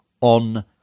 on